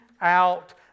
out